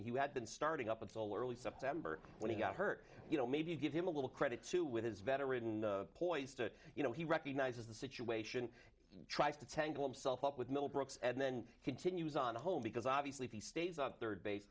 would have been starting up at all early september when he got hurt you know maybe give him a little credit too with his veteran poise to you know he recognizes the situation tries to tangle himself up with little brooks and then continues on home because obviously if he stays on third base